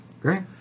Great